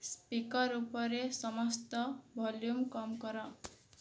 speaker ଉପରେ ସମସ୍ତ volume କମ କର